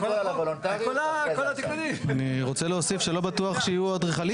אני רוצה להוסיף שלא בטוח שיהיו אדריכלים